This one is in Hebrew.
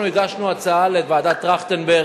אנחנו הגשנו הצעה לוועדת-טרכטנברג